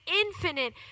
infinite